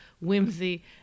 whimsy